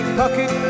pocket